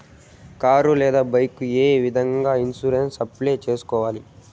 car లేదా bike ఏ విధంగా ఇన్సూరెన్సు అప్లై సేసుకోవాలి